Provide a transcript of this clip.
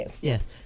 Yes